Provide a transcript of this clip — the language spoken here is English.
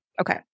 Okay